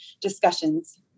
discussions